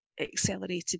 accelerated